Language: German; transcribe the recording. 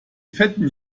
fetten